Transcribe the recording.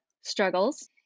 struggles